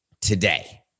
today